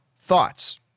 thoughts